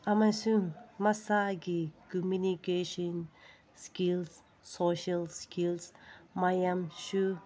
ꯑꯃꯁꯨꯡ ꯃꯁꯥꯒꯤ communication skills social skills ꯃꯌꯥꯝꯁꯨ